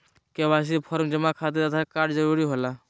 KYC form जमा खातिर Aadhaar card जरूरी होला?